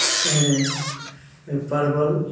प परवल